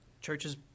Churches